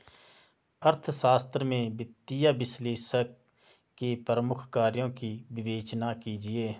अर्थशास्त्र में वित्तीय विश्लेषक के प्रमुख कार्यों की विवेचना कीजिए